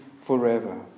forever